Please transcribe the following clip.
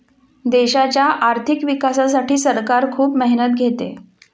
देशाच्या आर्थिक विकासासाठी सरकार खूप मेहनत घेते